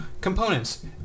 Components